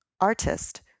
artist